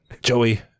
Joey